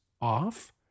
off